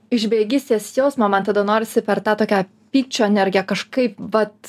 iš bejėgystės jausmo man tada norisi per tą tokią pykčio energiją kažkaip vat